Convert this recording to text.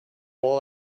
all